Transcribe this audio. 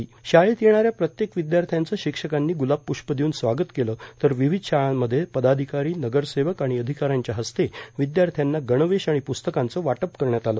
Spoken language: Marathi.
पहिल्याच दिवशी शाळेत येणाऱ्या प्रत्येक विद्यार्थ्यांचे शिक्षकांनी ग्लाबपुष्प देऊन स्वागत केले तर विविध शाळांमध्ये पदाधिकारी नगरसेवक आणि अधिकाऱ्यांच्या हस्ते विद्यार्थ्यांना गणवेश आणि पुस्तकांचे वाटप करण्यात आले